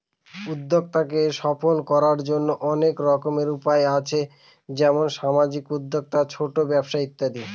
উদ্যক্তাকে সফল করার জন্য অনেক রকম উপায় আছে যেমন সামাজিক উদ্যোক্তা, ছোট ব্যবসা ইত্যাদি